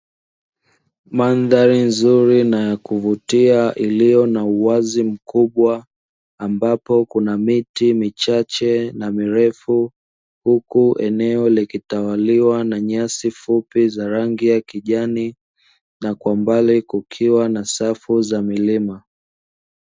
Mandhari nzuri na ya kuvutia iliyo na uwazi mkubwa ambapo kuna miti michache na mirefu, huku eneo likitawaliwa na nyasi fupi za rangi ya kijani na kwa mbali kukiwa na safu za milima.